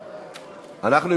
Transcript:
אנחנו,